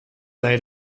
dai